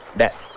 that